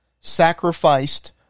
sacrificed